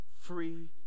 free